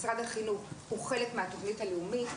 משרד החינוך הוא חלק מהתוכנית הלאומית.